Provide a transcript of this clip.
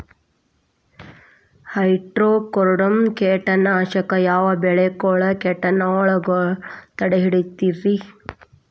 Trichoderma ಕೇಟನಾಶಕ ಯಾವ ಬೆಳಿಗೊಳ ಕೇಟಗೊಳ್ನ ತಡಿತೇತಿರಿ?